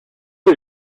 was